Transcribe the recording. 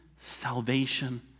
salvation